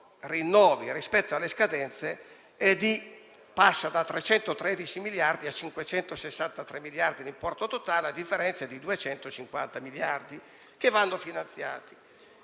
rinnovi rispetto alle scadenze, che passa da 313 a 563 miliardi di importo totale, con una differenza di 250 miliardi che vanno finanziati.